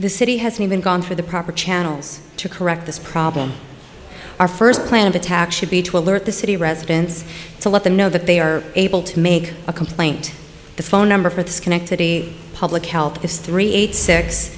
the city has been gone for the proper channels to correct this problem our first plan of attack should be to alert the city residents to let them know that they are able to make a complaint the phone number for the schenectady public health is three eight six